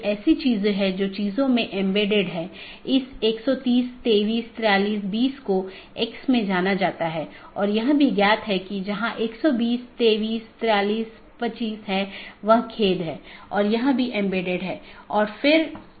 AS के भीतर इसे स्थानीय IGP मार्गों का विज्ञापन करना होता है क्योंकि AS के भीतर यह प्रमुख काम है